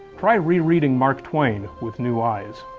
try re-reading mark twain with new eyes.